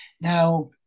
Now